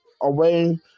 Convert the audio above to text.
away